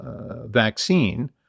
vaccine